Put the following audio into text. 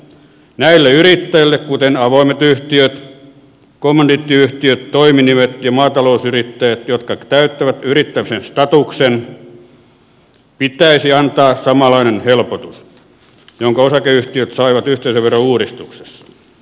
näille yrittäjille kuten avoimet yhtiöt kommandiittiyhtiöt toiminimet ja maatalousyrittäjät jotka täyttävät yrittämisen statuksen pitäisi antaa samanlainen helpotus jonka osakeyhtiöt saivat yhteisöverouudistuksessa